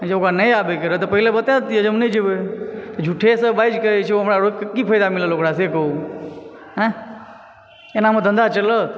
जे ओकरा नहि आबय के रहै तऽ पहिले बता दिताए जे हम नहि जेबै झूठे से बाजि के जे हमरा रोकि के की फ़ायदा मिलल ओकरा से कहूँ एना मे धंधा चलत